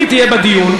אם תהיה בדיון,